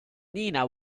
nina